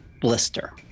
blister